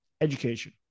education